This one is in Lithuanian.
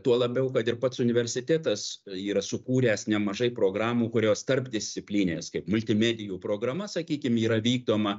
tuo labiau kad ir pats universitetas yra sukūręs nemažai programų kurios tarpdisciplininės kaip multimedijų programa sakykim yra vykdoma